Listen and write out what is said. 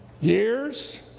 years